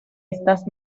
estas